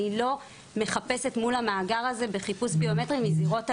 אני לא מחפשת מול המאגר הזה בחיפוש ביומטרי מזירות עבירה.